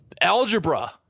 Algebra